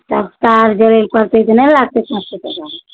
तब तार जोड़ै ले पड़तै तब नहि लागतै पाँच सओ टका